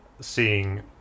seeing